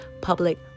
public